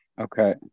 Okay